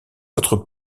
votre